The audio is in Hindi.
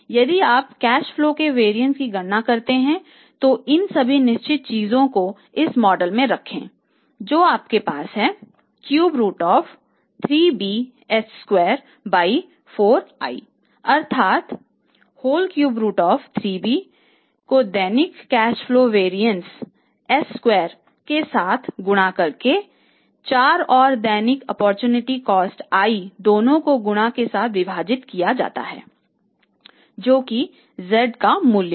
यदि आप कैश फ्लो का वरिएंस की गणना करते हैं तो इन सभी निश्चित चीजों को इस मॉडल में रखें जो आपके पास है अर्थात whole cube root of 3b को दैनिक कैश फ्लो के वरिएंसi दोनों के गुणा के साथ विभाजित किया जाता है जो कि z का मूल्य होगा